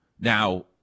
Now